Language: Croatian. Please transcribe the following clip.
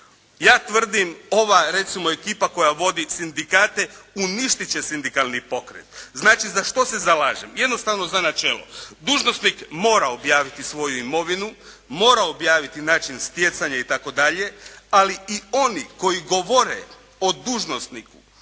ja tvrdim ova recimo ekipa koja vodi sindikate, uništit će sindikalni pokret. Znači za što se zalažem? Jednostavno za načelo. Dužnosnik mora objaviti svoju imovinu, mora objaviti način stjecanja itd. ali i oni koji govore o dužnosniku